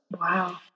Wow